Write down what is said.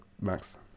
Max